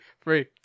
Free